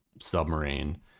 submarine